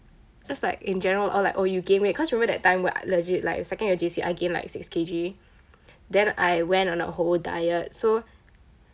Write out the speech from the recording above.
just like in general I'll like oh you gain weight cause remember that time where I legit like second year of J_C I gain like six K_G then I went on a whole diet so